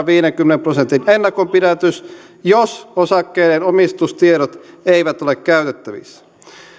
viidenkymmenen prosentin ennakonpidätys jos osakkeiden omistustiedot eivät ole käytettävissä